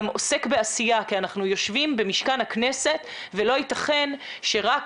עוסק בעשייה כי אנחנו יודעים יושבים במשכן הכנסת ולא יתכן שרק